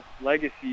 legacy